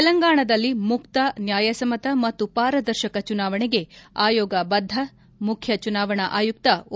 ತೆಲಂಗಾಣದಲ್ಲಿ ಮುಕ್ತ ನ್ಯಾಯಸಮ್ಮತ ಮತ್ತು ಪಾರದರ್ಶಕ ಚುನಾವಣೆಗೆ ಆಯೋಗ ಬದ್ದ ಮುಖ್ಯ ಚುನಾವಣಾ ಆಯುಕ್ತ ಓ